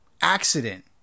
accident